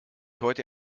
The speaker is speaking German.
heute